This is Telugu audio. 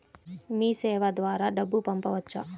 మీసేవ ద్వారా డబ్బు పంపవచ్చా?